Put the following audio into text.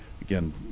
again